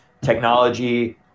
technology